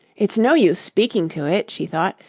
it's no use speaking to it she thought,